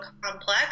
complex